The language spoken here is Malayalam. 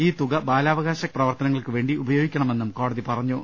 ഈ തുക ബാലാവകാശ പ്രവർത്തനങ്ങൾക്കുവേണ്ടി ഉപയോഗി ക്കണമെന്നും കോടതി പറഞ്ഞു